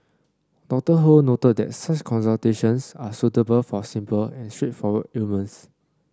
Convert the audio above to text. Doctor Ho noted that such consultations are suitable for simple and straightforward ailments